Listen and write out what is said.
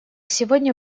сегодня